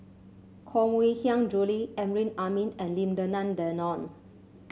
Koh Mui Hiang Julie Amrin Amin and Lim Denan Denon